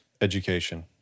Education